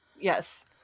Yes